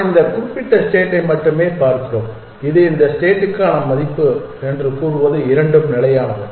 நாம் இந்த குறிப்பிட்ட ஸ்டேட்டை மட்டுமே பார்க்கிறோம் இது இந்த ஸ்டேட்டுக்கான மதிப்பு என்று கூறுவது இரண்டும் நிலையானது